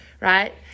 right